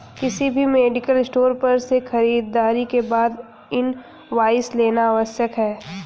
किसी भी medical store पर से खरीदारी के बाद इनवॉइस लेना आवश्यक है